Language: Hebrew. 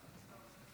ברשותכם,